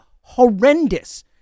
horrendous